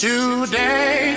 Today